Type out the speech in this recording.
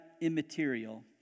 immaterial